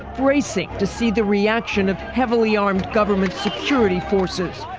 bracing to see the reaction of heavily armed government security forces.